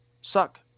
suck